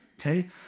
Okay